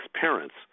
parents